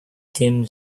dim